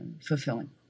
fulfilling